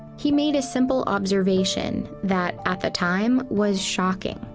he made a simple observation, that at the time, was shocking.